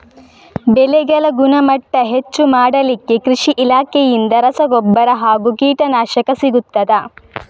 ಬೆಳೆಗಳ ಗುಣಮಟ್ಟ ಹೆಚ್ಚು ಮಾಡಲಿಕ್ಕೆ ಕೃಷಿ ಇಲಾಖೆಯಿಂದ ರಸಗೊಬ್ಬರ ಹಾಗೂ ಕೀಟನಾಶಕ ಸಿಗುತ್ತದಾ?